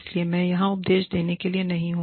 इसलिए मैं यहां उपदेश देने के लिए नहीं हूं